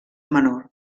menor